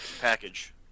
Package